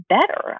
better